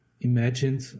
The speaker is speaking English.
imagined